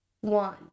one